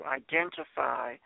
identify